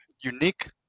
unique